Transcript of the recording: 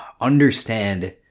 understand